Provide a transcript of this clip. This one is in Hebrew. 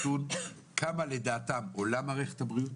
פשוט כמה לדעתם עולה מערכת הבריאות.